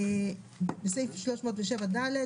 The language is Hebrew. בסעיף 307(ד),